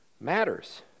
matters